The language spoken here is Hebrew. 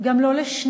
גם לא לשנייה,